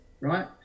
Right